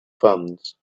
funds